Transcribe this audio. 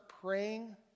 praying